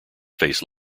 faced